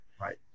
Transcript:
Right